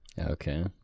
okay